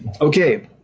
Okay